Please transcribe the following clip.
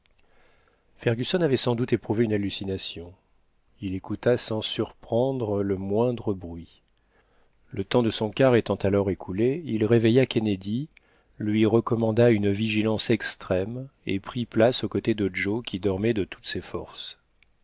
fergusson avait sans doute éprouvé une hallucination il écouta sans surprendre le moindre bruit le temps de son quart étant alors écoulé il réveilla kennedy lui recommanda une vigilance extrême et prit place aux côtés de joe qui dormait de toutes ses forces